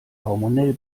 hormonell